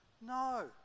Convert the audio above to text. No